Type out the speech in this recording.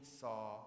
saw